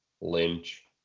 Lynch